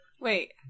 Wait